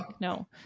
No